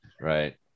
Right